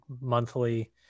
monthly